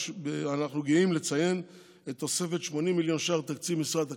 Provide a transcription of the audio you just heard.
אנו גאים לציין את התוספת של 80 מיליון ש"ח לתקציב משרד הקליטה,